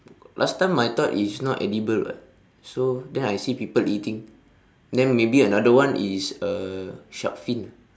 last time I thought is not edible [what] so then I see people eating then maybe another one is uh shark fin